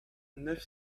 neuf